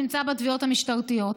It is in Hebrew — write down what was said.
נמצא בתביעות המשטרתיות.